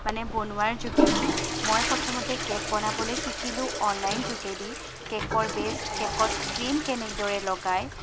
মানে বনোৱাৰ যোগেদি মই প্ৰথমতে কেক বনাবলৈ শিকিলোঁ অনলাইন যোগেদি কেকৰ বেছ কেকত ক্ৰীম কেনেদৰে লগায়